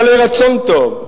בעלי רצון טוב,